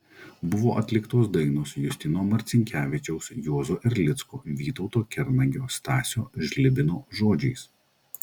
buvo atliktos dainos justino marcinkevičiaus juozo erlicko vytauto kernagio stasio žlibino žodžiais